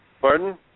Pardon